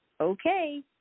Okay